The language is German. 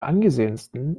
angesehensten